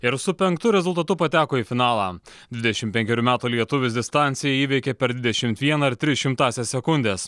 ir su penktu rezultatu pateko į finalą dvidešim penkerių metų lietuvis distanciją įveikė per dvidešimt vieną ir tris šimtąsias sekundės